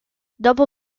dopo